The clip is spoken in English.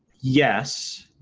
yes.